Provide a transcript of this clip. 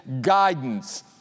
guidance